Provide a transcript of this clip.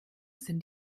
sind